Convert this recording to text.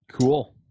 Cool